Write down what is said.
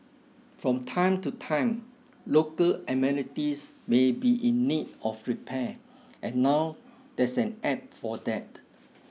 from time to time local amenities may be in need of repair and now there's an App for that